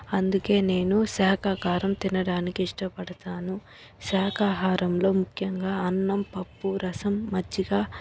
అందుకే నేను శాఖాహారం తినడానికి ఇష్టపడతాను శాకాహారంలో ముఖ్యంగా అన్నం పప్పు రసం మజ్జిగ